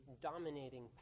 dominating